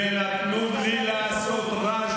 ונתנו בלי לעשות רעש